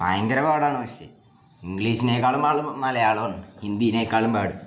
ഭയങ്കര പാടാണ് പക്ഷേ ഇംഗ്ലീഷിനേക്കാളും പാട് മലയാളം ഹിന്ദിനേക്കാളും പാട്